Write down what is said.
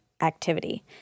activity